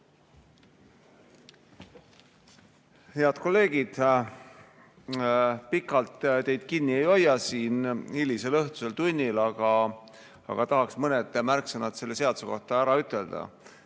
Head kolleegid! Pikalt teid kinni ei hoia siin hilisel õhtusel tunnil, aga tahaksin mõned märksõnad selle seaduse kohta ütelda.